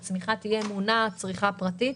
להערכתנו הצמיחה תהיה מונעת מצריכה פרטית.